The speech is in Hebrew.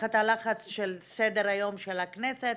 תחת הלחץ של סדר היום של הכנסת